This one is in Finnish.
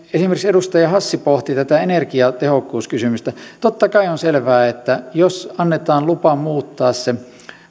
esimerkiksi edustaja hassi pohti tätä energiatehokkuuskysymystä totta kai on selvää että jos annetaan lupa muuttaa se